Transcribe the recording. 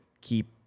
keep